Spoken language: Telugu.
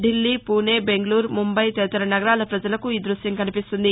ఢిల్లీ పూనె బెంగకూరు ముంబై తదితర నగరాల ప్రజలకు ఈ ద్బశ్యం కనిపిస్తుంది